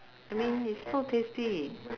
I mean it's so tasty